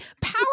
power